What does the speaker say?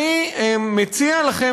אני מציע לכם,